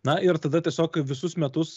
na ir tada tiesiog visus metus